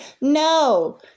no